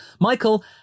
Michael